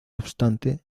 obstante